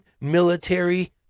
military